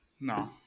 No